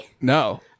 No